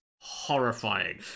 horrifying